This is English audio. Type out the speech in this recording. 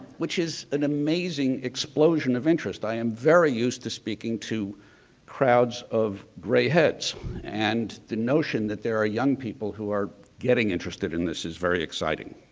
which is an amazing explosion of interest. i am very used to speaking to crowds of gray heads and the notion that there are young people who are getting interested in this is very exciting.